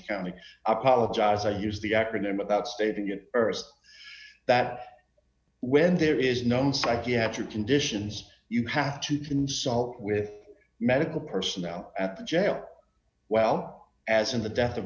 county apologize i use the acronym about stating it ers that when there is no psychiatric conditions you have to consult with medical personnel at the jail well as in the death of